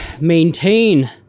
maintain